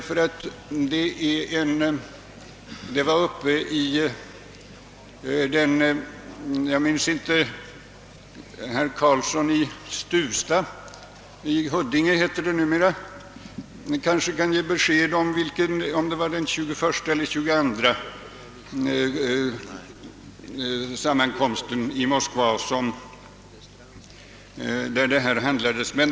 Frågan behandlades på den 21:a eller 22:a partikongressen i Moskva — herr Karlsson i Huddinge kanske kan ge bestämt besked om vilken partikongress det var.